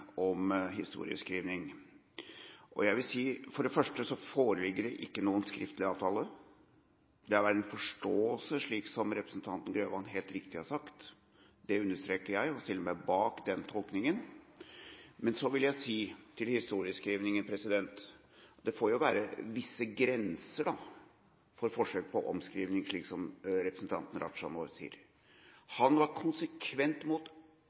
om historieskrivning. Jeg vil si at for det første foreligger det ikke noen skriftlig avtale. Det har vært en forståelse, slik som representanten Grøvan helt riktig har sagt. Det understreker jeg, og jeg stiller meg bak den tolkningen. Men så vil jeg si angående historieskrivningen at det får være visse grenser for forsøk på omskrivning, slik som det representanten Raja nå sier. Han var konsekvent